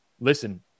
listen